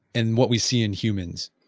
and what we see in humans?